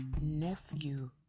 nephew